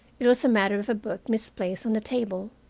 it was a matter of a book misplaced on the table,